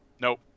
Nope